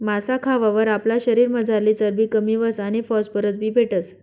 मासा खावावर आपला शरीरमझारली चरबी कमी व्हस आणि फॉस्फरस बी भेटस